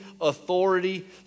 authority